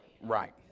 Right